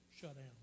shutdown